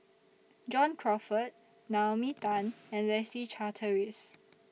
John Crawfurd Naomi Tan and Leslie Charteris